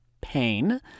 pain